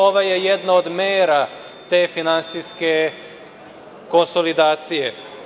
Ovo je jedna od mera te finansijske konsolidacije.